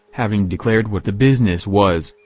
having declared what the business was,